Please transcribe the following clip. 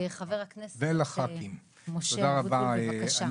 חבר הכנסת משה אבוטבול בבקשה.